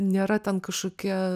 nėra ten kažkokia